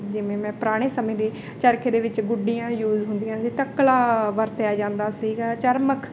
ਜਿਵੇਂ ਮੈਂ ਪੁਰਾਣੇ ਸਮੇਂ ਦੀੇ ਚਰਖੇ ਦੇ ਵਿੱਚ ਗੁੱਡੀਆਂ ਯੂਜ ਹੁੰਦੀਆਂ ਸੀ ਤਕਲਾ ਵਰਤਿਆ ਜਾਂਦਾ ਸੀਗਾ ਚਰਮਖ